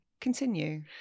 Continue